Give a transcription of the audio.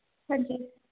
ਹਾਂਜੀ